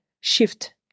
shift